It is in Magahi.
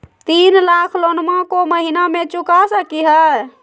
तीन लाख लोनमा को महीना मे चुका सकी हय?